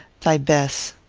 thy bess.